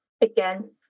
Again